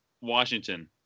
Washington